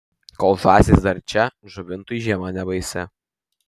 kol žąsys dar čia žuvintui žiema nebaisi